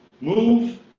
Move